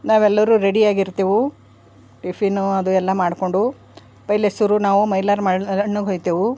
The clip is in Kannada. ನಾವೆಲ್ಲರು ರೆಡಿಯಾಗಿರ್ತೆವು ಟಿಫಿನು ಅದು ಎಲ್ಲ ಮಾಡಿಕೊಂಡು ಪೆಹ್ಲೆ ಶುರು ನಾವು ಮೈಲಾರ ಮೈಲಣ್ಣಗೆ ಹೋಯ್ತೆವು